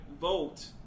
vote